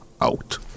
out